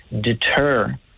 deter